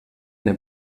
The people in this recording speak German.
der